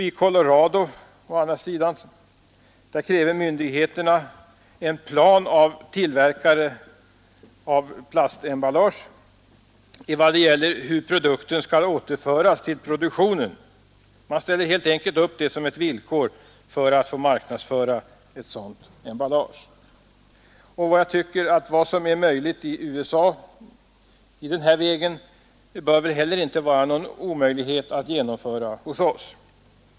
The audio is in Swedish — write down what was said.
I Colorado kräver myndigheterna en plan av tillverkare av plastemballage i vad det gäller hur produkten skall återföras till produktionen, Man ställer helt enkelt upp det som ett villkor för att få marknadsföra ett sådant emballage. Jag tycker att vad som är möjligt i USA i den här vägen bör väl inte vara omöjligt att genomföra hos oss.